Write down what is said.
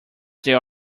there